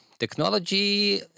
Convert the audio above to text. Technology